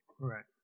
right